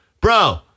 Bro